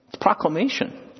Proclamation